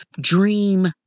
dream